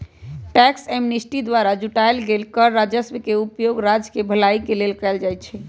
tax amnesty द्वारा जुटाएल गेल कर राजस्व के उपयोग राज्य केँ भलाई के लेल कएल जाइ छइ